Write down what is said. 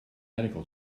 medical